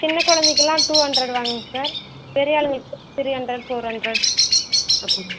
சின்னக் கொழந்தைக்குலாம் two hundred வாங்குவோம்ங்க சார் பெரிய ஆளுங்களுக்கு த்ரீ ஹண்ட்ரட் ஃபோர் ஹண்ட்ரட் அப்படிங்க